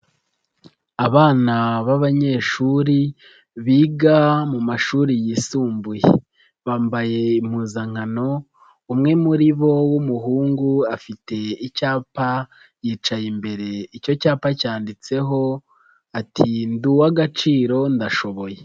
Abana b'abanyeshuri biga mu mashuri yisumbuye bambaye impuzankano umwe muri bo w'umuhungu afite icyapa yicaye imbere, icyo cyapa cyanditseho ati "ndi uw'agaciro ndashoboye".